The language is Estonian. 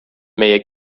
meie